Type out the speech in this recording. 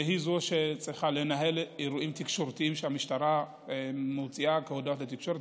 והיא זו שצריכה לנהל אירועים תקשורתיים שהמשטרה מוציאה כהודעות לתקשורת,